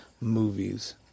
movies